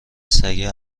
سگه